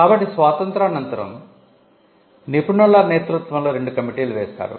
కాబట్టి స్వాతంత్య్రానంతరం నిపుణుల నేతృత్వంలో రెండు కమిటీలు వేసారు